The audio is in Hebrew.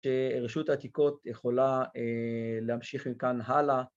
שרשות העתיקות יכולה להמשיך מכאן הלאה.